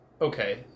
okay